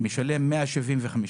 משלם 175 שקל.